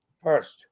First